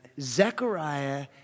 Zechariah